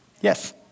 Yes